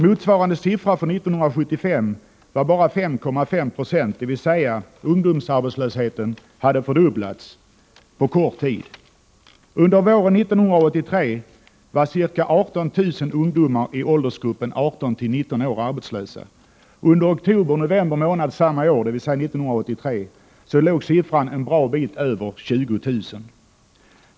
Motsvarande siffra för 1975 var bara 5,5 96. Ungdomsarbetslösheten hade alltså på kort tid fördubblats. Under våren 1983 var ca 18 000 ungdomar i åldern 18-19 år arbetslösa. Under oktober och november månad samma år, dvs. 1983, låg siffran en bra bit över 20 000.